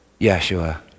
Yeshua